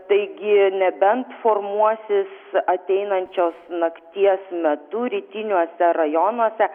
taigi nebent formuosis ateinančios nakties metu rytiniuose rajonuose